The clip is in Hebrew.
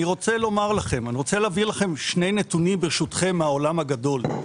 אני רוצה לתת לכם שני נתונים מהעולם הגדול.